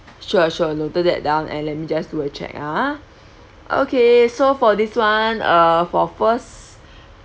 sure sure noted that down and let me just do a check ah okay so for this one uh for first